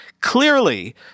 clearly